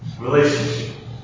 relationship